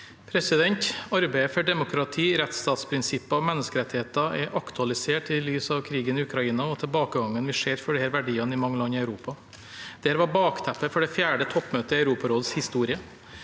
Arbeidet for demokrati, rettsstatsprinsipper og menneskerettigheter er aktualisert i lys av krigen i Ukraina og tilbakegangen vi ser for disse verdiene i mange land i Europa. Det var bakteppet for det fjerde toppmøtet i Europarådets historie.